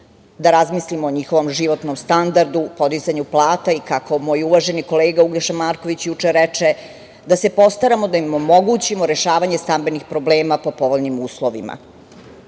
da razmislimo o njihovom životnom standardu, podizanju plata i kako moj uvaženi kolega Uglješa Marković juče reče, da se postaramo da im omogućimo rešavanje stambenih problema po povoljnim uslovima. Imajući